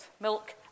milk